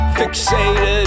fixated